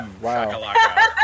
Wow